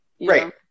right